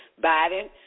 Biden